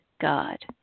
God